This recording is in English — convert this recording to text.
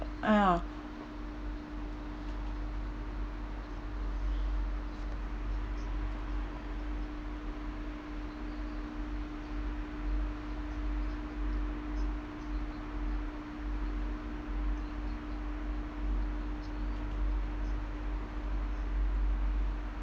ah ya